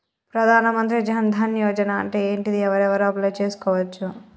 ప్రధాన మంత్రి జన్ ధన్ యోజన అంటే ఏంటిది? ఎవరెవరు అప్లయ్ చేస్కోవచ్చు?